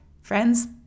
Friends